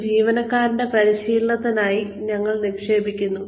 ഒരു ജീവനക്കാരന്റെ പരിശീലനത്തിനായി ഞങ്ങൾ നിക്ഷേപിക്കുന്നു